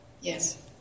yes